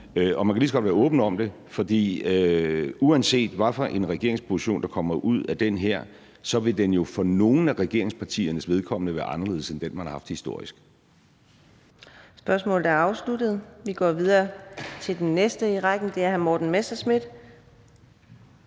Og man kan lige så godt være åben om det, for uanset hvad for en regeringsposition, der kommer ud af det her, vil den jo for nogle af regeringspartiernes vedkommende være anderledes end den, man har haft historisk. Kl. 13:13 Fjerde næstformand (Karina Adsbøl): Spørgsmålet er afsluttet. Vi går videre til den næste i rækken. Det er hr. Morten Messerschmidt.